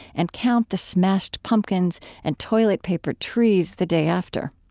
and count the smashed pumpkins and toilet-papered trees the day after,